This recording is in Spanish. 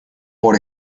por